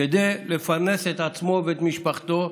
כדי לפרנס את עצמו ואת משפחתו,